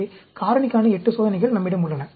எனவே காரணிக்கான 8 சோதனைகள் நம்மிடம் உள்ளன